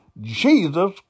Jesus